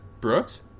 Brooks